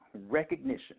recognition